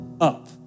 up